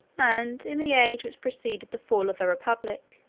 and in the age which preceded the fall of the republic,